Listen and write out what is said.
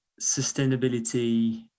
sustainability